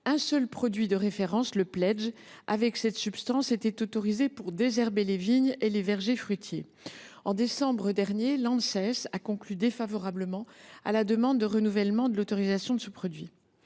un seul produit de référence contenant cette substance, le Pledge, était autorisé pour désherber les vignes et les vergers. En décembre dernier, l’Anses a répondu défavorablement à la demande de renouvellement de l’autorisation de ce produit.